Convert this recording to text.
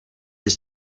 des